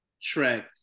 track